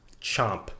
chomp